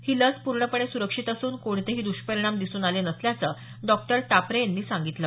ही लस पूर्णपणे सुरक्षित असून कोणतेही द्र्ष्परिणाम दिसून आले नसल्याचं डॉ टापरे यांनी सांगितलं